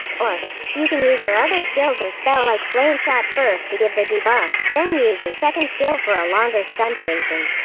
or, you can use your other skills or spell like flameshot first to give the debuff, then use your second skill for a longer stun duration.